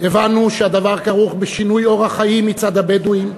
הבנו שהדבר כרוך בשינוי אורח חיים מצד הבדואים.